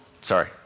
Sorry